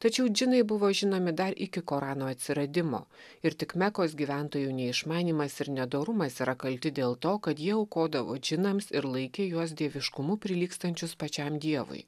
tačiau džinai buvo žinomi dar iki korano atsiradimo ir tik mekos gyventojų neišmanymas ir nedorumas yra kalti dėl to kad jie aukodavo džinams ir laikė juos dieviškumu prilygstančius pačiam dievui